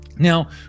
Now